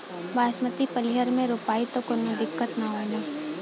बासमती पलिहर में रोपाई त कवनो दिक्कत ना होई न?